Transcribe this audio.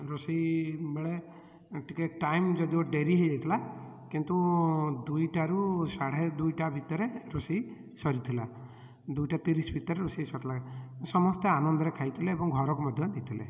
ରୋଷେଇ ବେଳେ ଏଁ ଟିକେ ଟାଇମ୍ ଯଦିଓ ଡେରି ହୋଇଯାଇଥିଲା କିନ୍ତୁ ଦୁଇଟାରୁ ସାଢ଼େଦୁଇଟା ଭିତରେ ରୋଷେଇ ସରିଥିଲା ଦୁଇଟାତିରିଶ ଭିତରେ ରୋଷେଇ ସରିଥିଲା ସମସ୍ତେ ଆନନ୍ଦରେ ଖାଇଥିଲେ ଏବଂ ଘରକୁ ମଧ୍ୟ ନେଇଥିଲେ